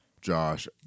josh